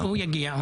הוא יגיע.